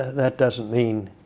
that doesn't mean